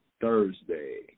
Thursday